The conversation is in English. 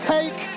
Take